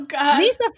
Lisa